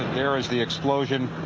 there is the explosion.